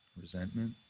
resentment